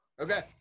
Okay